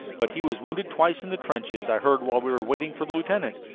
but he was wounded twice in the trenches, i heard while we were waiting for the lieutenant.